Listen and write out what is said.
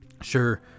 sure